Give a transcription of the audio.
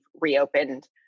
reopened